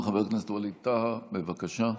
חבר הכנסת ווליד טאהא, בבקשה.